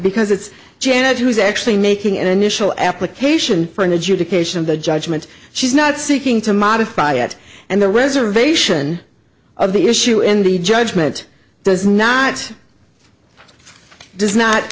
because it's janet who's actually making an initial application for an adjudication of the judgment she's not seeking to modify at and the reservation of the issue in the judgment does not does not